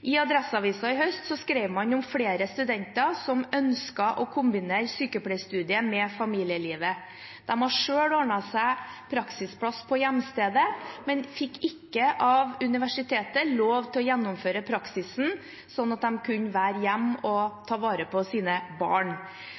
I Adresseavisen i høst skrev man om flere studenter som ønsket å kombinere sykepleierstudiet med familielivet. De hadde selv ordnet seg praksisplass på hjemstedet, men fikk ikke lov av universitetet til å gjennomføre praksisen slik at de kunne være hjemme og ta vare på sine barn.